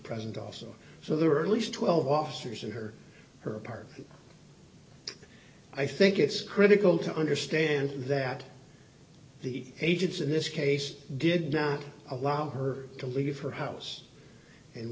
present also so there are least twelve officers in her her apartment i think it's critical to understand that the agents in this case did not allow her to leave her house and